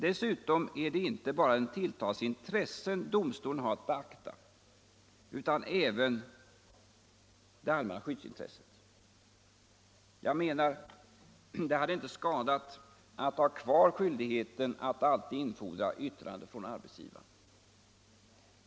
Dessutom är det inte bara den tilltalades intressen domstolen har att beakta utan även det allmänna skyddsintresset. Jag menar att det inte hade skadat att ha kvar skyldigheten att alltid infordra yttrande från arbetsgivaren.